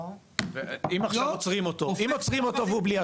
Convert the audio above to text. אם עוצרים אותו והוא בלי אשרה?